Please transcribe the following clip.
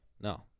No